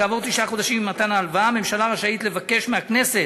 כעבור תשעה חודשים ממתן ההלוואה הממשלה רשאית לבקש מהכנסת,